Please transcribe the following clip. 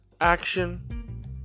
action